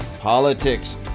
politics